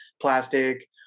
plastic